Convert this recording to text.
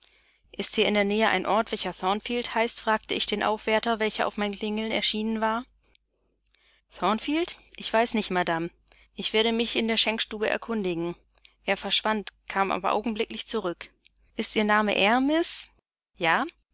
ist hier in der nähe ein ort welcher thornfield heißt fragte ich den aufwärter welcher auf mein klingeln erschienen war thornfield ich weiß nicht madame ich werde mich in der schenkstube erkundigen er verschwand kam aber augenblicklich zurück ist ihr name eyre miß ja